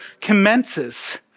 commences